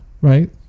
right